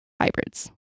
hybrids